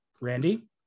Randy